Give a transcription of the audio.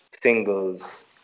singles